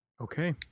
Okay